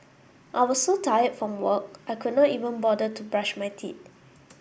I was so tired from work I could not even bother to brush my teeth